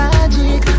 Magic